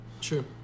True